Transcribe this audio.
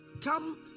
come